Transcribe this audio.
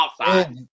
outside